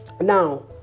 Now